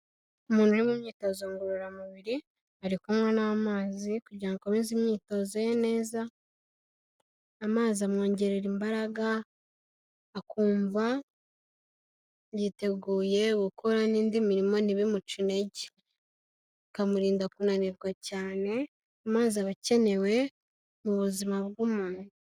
Umuntu uri mu myitozo ngororamubiri, ari kunywa n'amazi kugira ngo akomeze imyitozo ye neza, amazi amwongerera imbaraga akumva yiteguye gukora n'indi mirimo ntibimuce intege, akamurinda kunanirwa cyane, amazi aba akenewe mu buzima bw'umuntu.